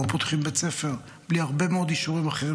לא פותחים בית ספר בלי הרבה מאוד אישורים אחרים,